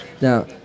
Now